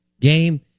game